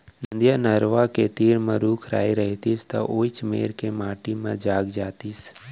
नदिया, नरूवा के तीर म रूख राई रइतिस त वोइच मेर के माटी म जाग जातिस